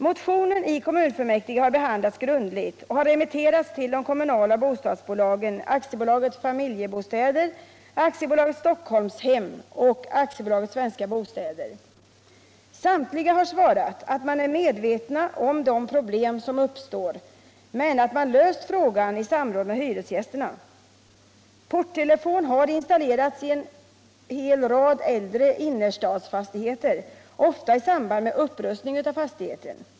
Motionen i kommunfullmäktige har behandlats grundligt och har remitterats till de kommunala bostadsbolagen AB Familjebostäder, AB Stockholmshem och AB Svenska Bostäder. Samtliga har svarat att man är medveten om de problem som uppstår men att man löst frågan i samråd med hyresgästerna. Porttelefon har installerats i en hel rad äldre innerstadsfastigheter, ofta i samband med upprustning av fastigheten.